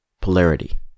polarity